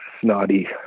snotty